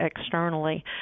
externally